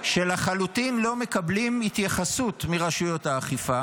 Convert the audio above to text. שלחלוטין לא מקבלים התייחסות מרשויות האכיפה